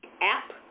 app